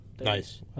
Nice